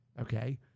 Okay